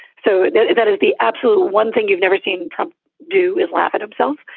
so that is the absolute one thing you've never seen trump do is laugh at himself.